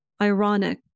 ironic